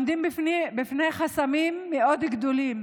עומדים בפניהם חסמים מאוד גדולים